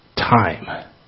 Time